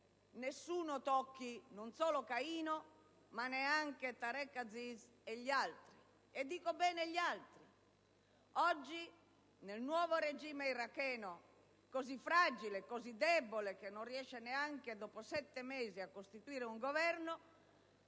nessuno tocchi, non solo Caino, ma neanche Tareq Aziz e gli altri, e sottolineo «gli altri». Oggi, nel nuovo regime iracheno, così fragile e debole, che non riesce neanche dopo sette mesi a costituire un Governo,